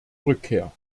rückkehr